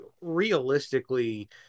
Realistically